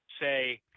say